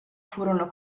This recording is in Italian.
furono